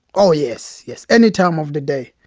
oh, yes, yes, any time of the day.